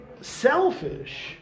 selfish